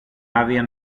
άδεια